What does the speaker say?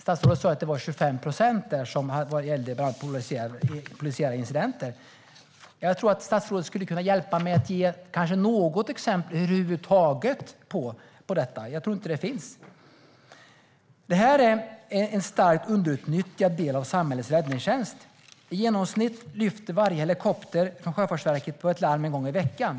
Statsrådet sa att det var 25 procent som gällde bland annat polisiära incidenter. Jag tror att statsrådet skulle kunna hjälpa genom att ge något exempel över huvud taget på detta - jag tror inte att det finns. Detta är en starkt underutnyttjad del av samhällets räddningstjänst. I genomsnitt lyfter varje helikopter från Sjöfartsverket på ett larm en gång i veckan.